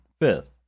fifth